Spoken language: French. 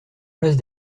place